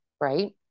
Right